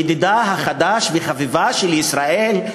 ידידה החדש וחביבה של ישראל,